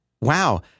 wow